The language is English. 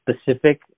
specific